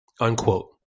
unquote